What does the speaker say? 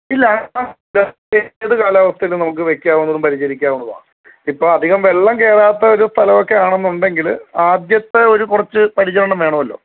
ഇല്ല ഏത് കാലാവസ്ഥയിലും നമുക്ക് വയ്ക്കാവുന്നതും പരിചരിക്കാവുന്നതും ആണ് ഇപ്പം അധികം വെള്ളം കയറാത്തൊരു സ്ഥലമൊക്കെ ആണെന്നുണ്ടെങ്കിൽ ആദ്യത്തെ ഒരു കുറച്ച് പരിചരണം വേണമല്ലോ